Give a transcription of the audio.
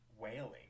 wailing